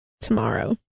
tomorrow